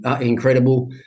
incredible